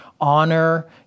honor